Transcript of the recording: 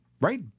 right